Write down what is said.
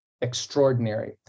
extraordinary